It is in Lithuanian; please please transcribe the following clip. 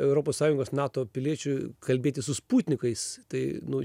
europos sąjungos nato piliečiui kalbėtis su sputnikais tai nu